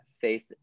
faith